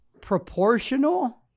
proportional